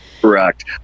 Correct